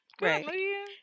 right